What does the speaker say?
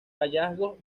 hallazgos